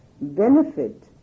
benefit